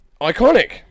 Iconic